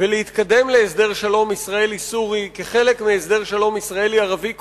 ולהתקדם להסדר שלום ישראלי סורי כחלק מהסדר שלום ישראלי ערבי כולל,